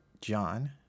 John